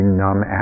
numb